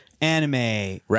anime